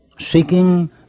seeking